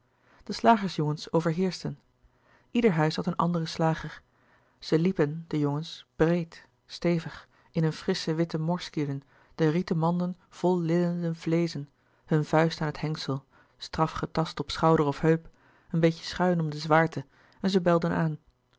de slagersjongens overheerschten ieder huis had een anderen slager zij liepen de jongens breed stevig in hunne frissche witte morskielen de rieten manden vol lillende vleezen hun vuist aan het hengsel straf getast op schouder of heup een beetje schuin om de zwaarte en zij belden aan